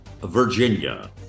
Virginia